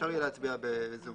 אפשר יהיה להצביע ב-זום.